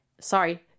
Sorry